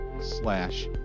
slash